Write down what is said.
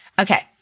Okay